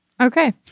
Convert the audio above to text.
Okay